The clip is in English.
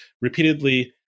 repeatedly